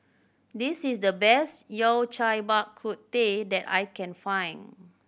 this is the best Yao Cai Bak Kut Teh that I can find